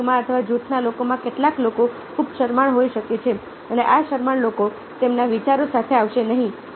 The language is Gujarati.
વર્ગમાં અથવા જૂથના લોકોમાં કેટલાક લોકો ખૂબ શરમાળ હોઈ શકે છે અને આ શરમાળ લોકો તેમના વિચારો સાથે આવશે નહીં